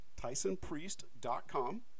tysonpriest.com